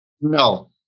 No